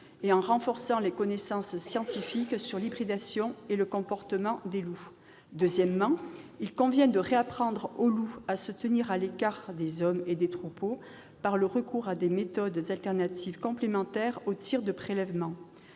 et en renforçant les connaissances scientifiques sur l'hybridation et le comportement des loups. Deuxièmement, il convient de réapprendre aux loups à se tenir à l'écart des hommes et des troupeaux par le recours à des méthodes alternatives complémentaires aux tirs de prélèvement.